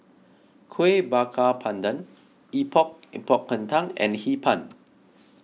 Kuih Bakar Pandan Epok Epok Kentang and Hee Pan